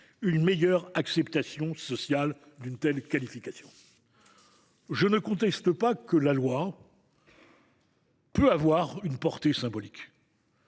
une meilleure acceptation sociale d’une telle qualification ». Je ne conteste pas que la loi puisse avoir une portée symbolique.